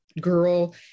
girl